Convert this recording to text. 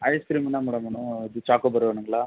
ice cream என்ன madam வேணும் இது சாக்கோ பார் வேணுங்களா